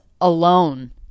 alone